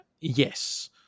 yes